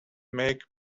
makes